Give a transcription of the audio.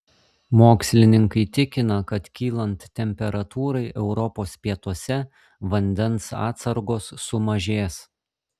mokslininkai tikina kad kylant temperatūrai europos pietuose vandens atsargos sumažės